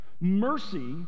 Mercy